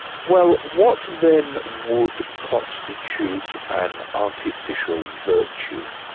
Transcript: well what then would constitute an artificial virtue?